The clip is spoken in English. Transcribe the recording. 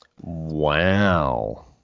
Wow